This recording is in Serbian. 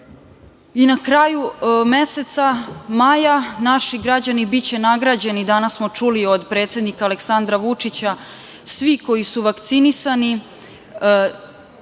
kraju meseca maja naši građani biće nagrađeni, danas smo čuli od predsednika Aleksandra Vučića. Svi koji su vakcinisani